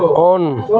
on